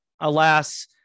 alas